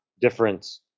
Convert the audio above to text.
difference